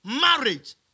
marriage